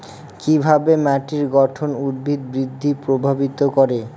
কিভাবে মাটির গঠন উদ্ভিদ বৃদ্ধি প্রভাবিত করে?